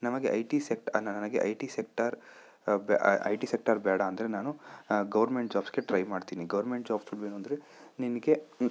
ನಮಗೆ I T sect ನನಗೆ I T sector I T sector ಬೇಡ ಅಂದರೆ ಅಂದರೆ ನಾನು ಗೌರ್ಮೆಂಟ್ ಜಾಬ್ಸ್ಗೆ ಟ್ರೈ ಮಾಡ್ತೀನಿ ಗೌರ್ಮೆಂಟ್ ಜಾಬ್ಸ್ ಏನು ಅಂದರೆ ನಿನಗೆ